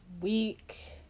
week